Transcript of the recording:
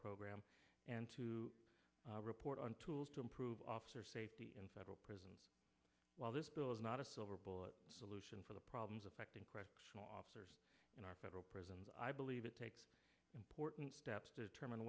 program and to report on tools to improve officer safety in federal prison while this bill is not a silver bullet solution for the problems affecting press officers in our federal prisons i believe it takes important steps determine